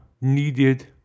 needed